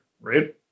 right